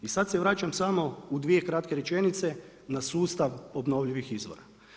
I sad se vraćam samo u dvije kratke rečenice na sustav obnovljivih izvora.